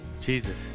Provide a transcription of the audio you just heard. jesus